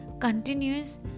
continues